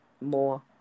more